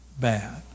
bad